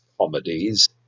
comedies